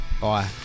Bye